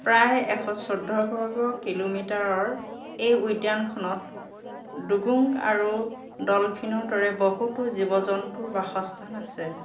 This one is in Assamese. প্ৰায় এশ চৌধ্য বৰ্গ কিলোমিটাৰৰ এই উদ্যানখনত ডুগুংক আৰু ডলফিনৰ দৰে বহুতো জীৱ জন্তুৰ বাসস্থান আছে